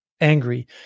angry